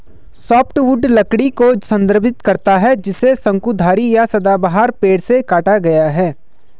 softwood लकड़ी को संदर्भित करता है जिसे शंकुधारी या सदाबहार पेड़ से काटा गया है